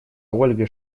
ольга